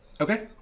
Okay